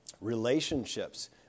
relationships